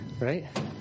right